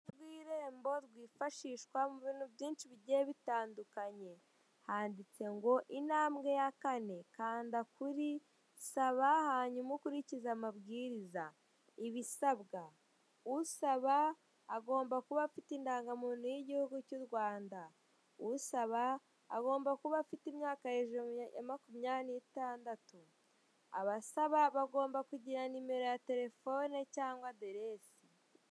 Rw'irembo rwifashishwa mu bintu byinshi bigiye bitandukanye handitse ngo intambwe ya kane kanda kuri saba hanyuma ukurikize amabwiriza ibisabwa: usaba agomba kuba afite indangamuntu y'igihugu cy'u Rwanda, usaba agomba kuba afite imyaka hejuru ya makumya nitandatu, abasaba bagomba kugira nimero ya telefone cyangwa aderesi.